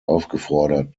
aufgefordert